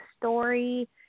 story